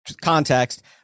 context